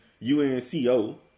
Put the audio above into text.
UNCO